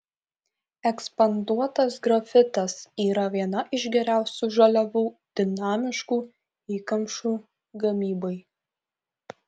ekspanduotas grafitas yra viena iš geriausių žaliavų dinamiškų įkamšų gamybai